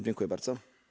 Dziękuję bardzo.